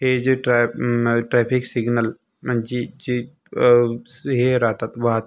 हे जे ट्रॅ ट्रॅफिक सिग्नल म्हणजे हे राहतात वाहत